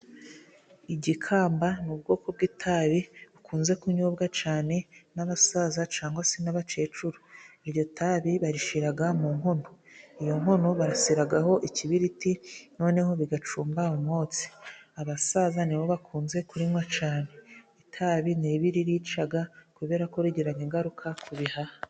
Igikamba ni ubwoko bw'itabi bukunze kunyobwa cyane n'abasaza cyangwa se n'abakecuru, iryo tabi barishyira mu nkono iyo nkono barasiraho ikibiriti noneho bigacumba umwotsi, abasaza ni bo bakunze kunywa cyane. Itabi ni ribi ririca kubera ko rigira ingaruka ku bihaha.